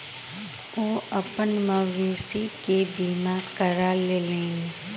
ओ अपन मवेशी के बीमा करा लेलैन